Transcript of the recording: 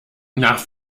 nach